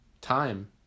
time